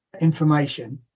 information